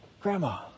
Grandma